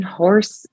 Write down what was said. horse